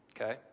Okay